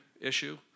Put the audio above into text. issue